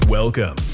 Welcome